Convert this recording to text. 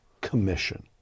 Commission